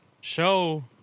show